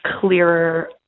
clearer